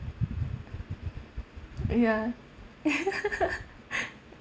ya